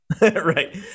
right